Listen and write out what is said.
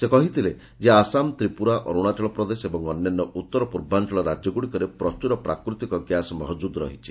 ସେ କହିଥିଲେ ଯେ ଆସାମ ତ୍ରିପୁରା ଅରୁଣାଚଳ ପ୍ରଦେଶ ଏବଂ ଅନ୍ୟାନ୍ୟ ଉତ୍ତର ପୂର୍ବାଞ୍ଚଳ ରାଜ୍ୟଗୁଡ଼ିକରେ ପ୍ରଚୁର ପ୍ରାକୃତିକ ଗ୍ୟାସ୍ ମହକୁଦ୍ ରହିଛି